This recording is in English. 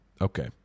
Okay